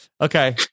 Okay